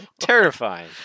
Terrifying